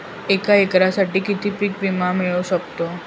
एका एकरसाठी किती पीक विमा मिळू शकतो?